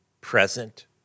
present